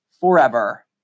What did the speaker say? forever